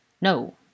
No